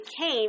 came